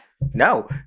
No